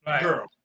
girl